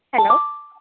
hello